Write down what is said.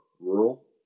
rural